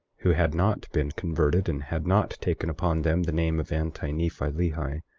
who had not been converted and had not taken upon them the name of anti-nephi-lehi,